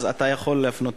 אז אתה יכול להפנות